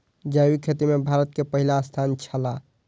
जैविक खेती में भारत के पहिल स्थान छला